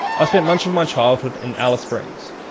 ah spent much of my childhood in alice springs,